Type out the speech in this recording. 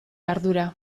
ardura